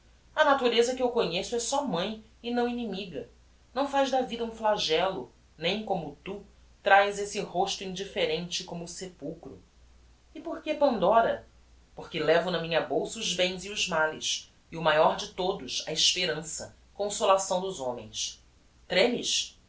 a natureza que eu conheço é só mãe e não inimiga não faz da vida um flagello nem como tu traz esse rosto indifferente como o sepulchro e porque pandora porque levo na minha bolsa os bens e os males e o maior de todos a esperança consolação dos homens tremes